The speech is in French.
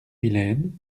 vilaine